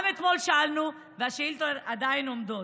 גם אתמול שאלנו, והשאילתות עדיין עומדות.